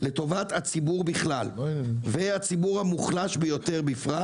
לטובת הציבור בכלל והציבור המוחלש ביותר בפרט